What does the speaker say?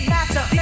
Master